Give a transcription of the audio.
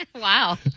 Wow